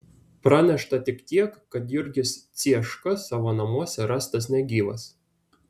pranešta tik tiek kad jurgis cieška savo namuose rastas negyvas